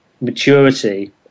maturity